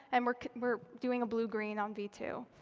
and we're we're doing a blue green on v two.